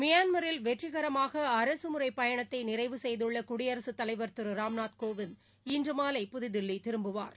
மியான்மரில் வெற்றிகரகமாகஅரசுமுறைபயணத்தைநிறைவு செய்துள்ளகுடியரசுதலைவர் திருராம்நாத் கோவிந்த் இன்றுமாலை புதுதில்லிதிரும்புவார்